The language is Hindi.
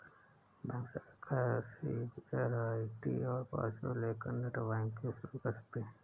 बैंक शाखा से यूजर आई.डी और पॉसवर्ड लेकर नेटबैंकिंग शुरू कर सकते है